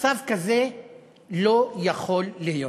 מצב כזה לא יכול להיות.